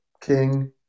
king